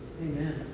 Amen